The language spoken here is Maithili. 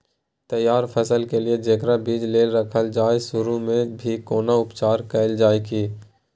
तैयार फसल के लिए जेकरा बीज लेल रखल जाय सुरू मे भी कोनो उपचार कैल जाय की?